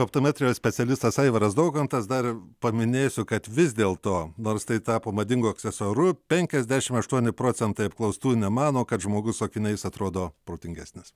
optometrijos specialistas aivaras daukontas dar paminėsiu kad vis dėl to nors tai tapo madingu aksesuaru penkiasdešim aštuoni procentai apklaustųjų nemano kad žmogus su akiniais atrodo protingesnis